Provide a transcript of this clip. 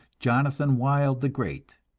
jonathan wild the great.